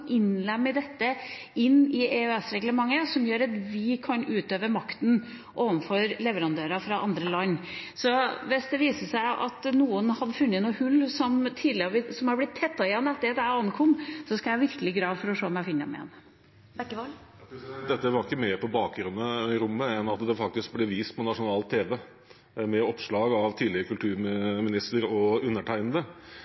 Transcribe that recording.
dette i EØS-reglementet, som gjør at vi kan utøve makten overfor leverandører fra andre land. Hvis det viser seg at noen har funnet hull som har blitt tettet igjen etter at jeg ankom, skal jeg virkelig grave for å se om jeg kan finne dem igjen. Dette var ikke mer på bakrommet enn at det faktisk ble vist på nasjonal tv med oppslag av tidligere